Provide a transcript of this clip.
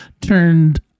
turned